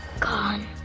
gone